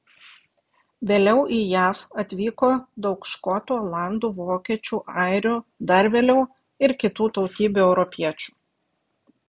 vėliau į jav atvyko daug škotų olandų vokiečių airių dar vėliau ir kitų tautybių europiečių